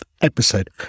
episode